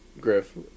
Griff